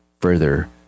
further